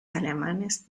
alemanes